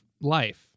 life